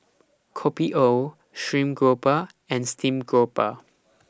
Kopi O Stream Grouper and Steamed Grouper